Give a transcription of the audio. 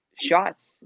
Shots